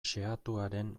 xehatuaren